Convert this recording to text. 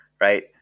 right